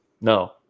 No